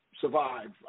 survive